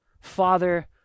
Father